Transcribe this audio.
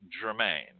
Germain